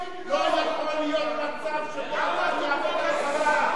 לא יכול להיות מצב שאדם יעמוד על הבמה